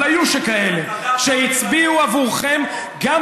אבל היו כאלה שהצביעו עבורכם, רבים מאוד.